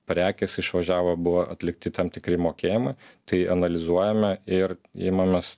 prekės išvažiavo buvo atlikti tam tikri mokėjimai tai analizuojame ir imamės